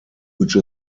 which